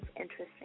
interesting